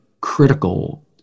critical